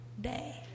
day